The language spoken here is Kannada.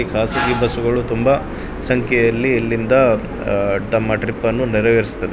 ಖಾಸಗಿ ಬಸ್ಸುಗಳು ತುಂಬ ಸಂಖ್ಯೆಯಲ್ಲಿ ಇಲ್ಲಿಂದ ತಮ್ಮ ಟ್ರಿಪ್ಪನ್ನು ನೆರವೇರಿಸ್ತದೆ